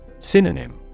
Synonym